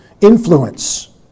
influence